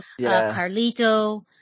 Carlito